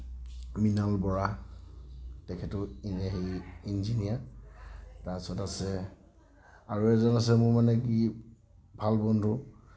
মৃণাল বৰা তেখেতেও ইঞ্জিনিয়াৰ তাৰপিছত আছে আৰু এজন আছে মোৰ মানে কি ভাল বন্ধু